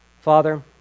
Father